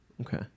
Okay